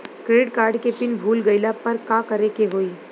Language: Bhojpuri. क्रेडिट कार्ड के पिन भूल गईला पर का करे के होई?